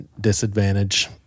disadvantage